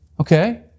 Okay